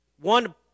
One